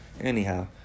Anyhow